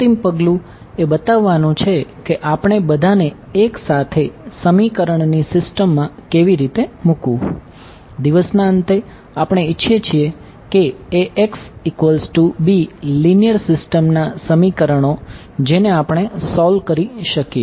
અંતિમ પગલું એ બતાવવાનું છે કે આપણે બધાને એક સાથે સમીકરણની સિસ્ટમમાં કેવી રીતે મૂકવું દિવસના અંતે આપણે ઇચ્છીએ છીએ લિનિયર જેને આપણે સોલ્વ કરી શકીએ